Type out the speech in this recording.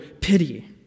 pity